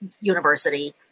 university